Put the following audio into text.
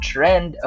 Trend